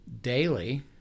daily